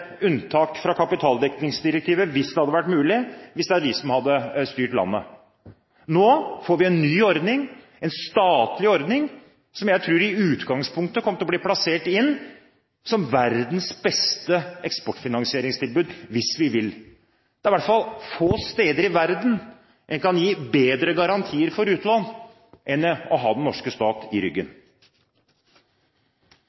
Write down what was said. unntak fra kapitaldekningsdirektivet hvis det hadde vært mulig, hvis det var de som hadde styrt landet. Nå får vi en ny ordning, en statlig ordning, som jeg tror i utgangspunktet kommer til å bli plassert som verdens beste eksportfinansieringstilbud, hvis vi vil. Det er i hvert fall få steder i verden en kan gi bedre garantier for utlån enn det å ha den norske stat i ryggen.